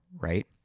right